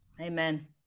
amen